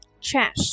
trash